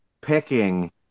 picking